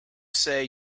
say